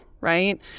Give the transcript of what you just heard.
right